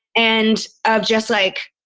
and of just like,